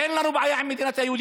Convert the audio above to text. אין לי בעיה לקיים דיון במליאה.